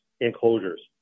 enclosures